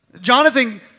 Jonathan